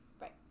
Right